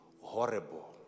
Horrible